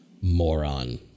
moron